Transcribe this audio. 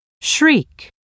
shriek